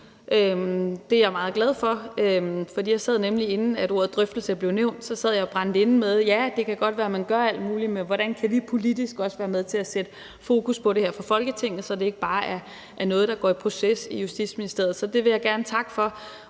Det er jeg meget glad for, for jeg sad nemlig, inden ordet drøftelse blev nævnt, og brændte inde med, at det godt kan være, at man gør alt muligt, men hvordan kan vi politisk også være med til at sætte fokus på det her fra Folketinget, så det ikke bare er noget, der går i proces i Justitsministeriet? Så det vil jeg gerne takke for,